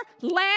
land